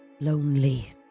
lonely